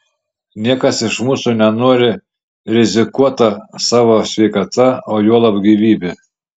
niekas iš mūsų nenori rizikuota savo sveikata o juolab gyvybe